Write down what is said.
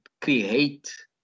create